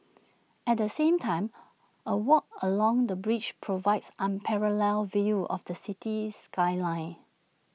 at the same time A walk along the bridge provides unparalleled views of the city skyline